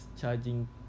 charging